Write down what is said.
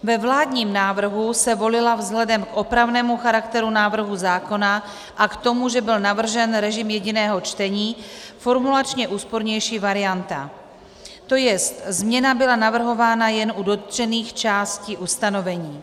Ve vládním návrhu se volila vzhledem k opravnému charakteru návrhu zákona a k tomu, že byl navržen režim jediného čtení, formulačně úspornější varianta, tj. změna byla navrhována jen u dotčených částí ustanovení.